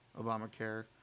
Obamacare